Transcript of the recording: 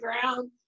ground